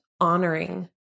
honoring